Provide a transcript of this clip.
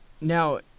now